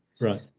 Right